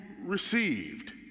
received